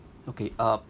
okay uh